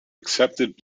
accepted